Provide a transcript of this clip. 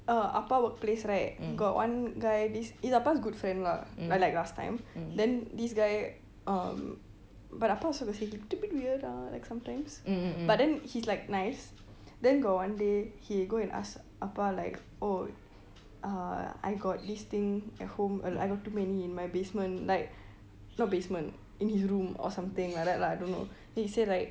uh அப்பா:appa workplace right got one guy this is அப்பா:appa good friend ah but like last time then this guy um but அப்பா:appa also got say he a little bit weird ah like sometimes but then he's like nice then got one day go and ask அப்பா:appa like oh uh I got this thing at home li~ I got too many in my basement like not basement in his room or something like that ah I don't know then he say like